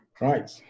Right